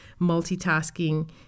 multitasking